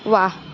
ৱাহ